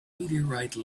meteorite